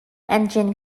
engine